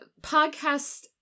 podcast